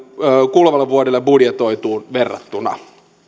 kuluvalle vuodelle budjetoituun verrattuna